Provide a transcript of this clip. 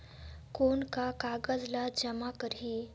कौन का कागज ला जमा करी?